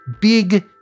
big